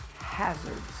hazards